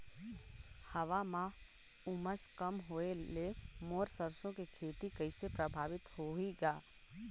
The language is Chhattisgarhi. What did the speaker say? हवा म उमस कम होए ले मोर सरसो के खेती कइसे प्रभावित होही ग?